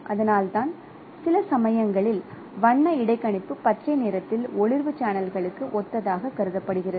அதனால்தான் சில சமயங்களில் வண்ண இடைக்கணிப்பு பச்சை நிறத்தில் ஒளிர்வு சேனல்களுக்கு ஒத்ததாக கருதப்படுகிறது